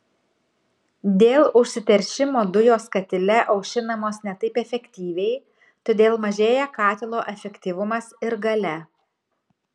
dėl užsiteršimo dujos katile aušinamos ne taip efektyviai todėl mažėja katilo efektyvumas ir galia